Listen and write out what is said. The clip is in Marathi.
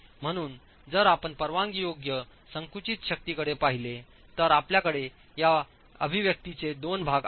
म्हणून जर आपण परवानगीयोग्य संकुचित शक्ती कडे पाहिले तर आपल्याकडे या अभिव्यक्तीचे 2 भाग आहेत